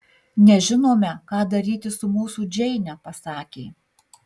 nežinome ką daryti su mūsų džeine pasakė